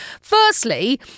Firstly